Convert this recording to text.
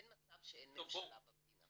אין מצב שאין ממשלה במדינה.